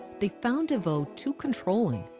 they found devoe too controlling,